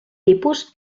tipus